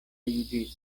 juĝisto